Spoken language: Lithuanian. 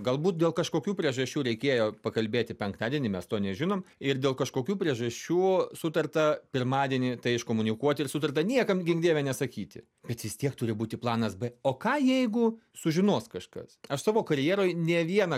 galbūt dėl kažkokių priežasčių reikėjo pakalbėti penktadienį mes to nežinom ir dėl kažkokių priežasčių sutarta pirmadienį tai iškomunikuoti ir sutarta niekam gink dieve nesakyti bet vis tiek turi būti planas b o ką jeigu sužinos kažkas aš savo karjeroj ne vieną